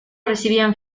recibían